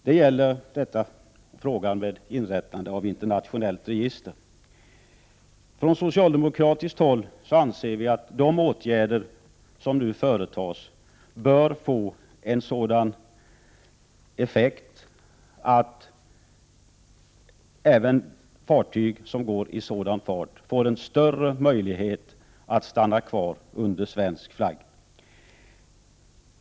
Det gäller frågan om inrättandet av ett internationellt register. Från socialdemokratiskt håll anser vi att de åtgärder som nu företas bör få en sådan effekt att även fartyg som går i mera vidsträckt internationell fart får en större möjlighet att stanna kvar under svensk flagg.